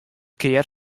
kear